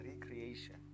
recreation